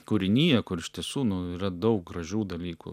kūrinija kur iš tiesų nu yra daug gražių dalykų